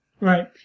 right